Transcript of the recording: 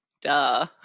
Duh